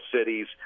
cities